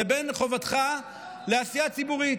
לבין חובתך לעשייה ציבורית.